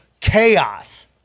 chaos